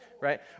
right